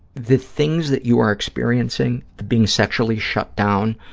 the things that you are experiencing, the being sexually shut down,